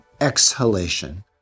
exhalation